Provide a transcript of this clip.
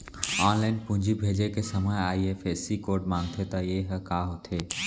Online पूंजी भेजे के समय आई.एफ.एस.सी कोड माँगथे त ये ह का होथे?